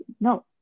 no